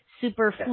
super